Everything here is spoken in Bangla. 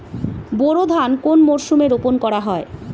বোরো ধান কোন মরশুমে রোপণ করা হয়?